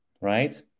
right